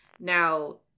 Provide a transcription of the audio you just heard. Now